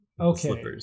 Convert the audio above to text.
okay